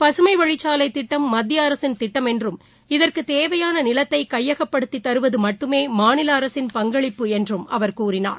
பசுமை வழிச்சாலை திட்டம் மத்திய அரசின் திட்டம் என்றும் இதற்கு தேவையான நிலத்தை கையகப்படுத்தி தருவது மட்டுமே மாநில அரசின் பங்களிப்பு என்று அவர் கூறினார்